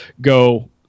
go